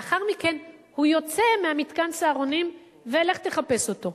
לאחר מכן הוא יוצא ממתקן "סהרונים" ולך תחפש אותו.